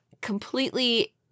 Completely